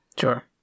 Sure